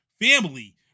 family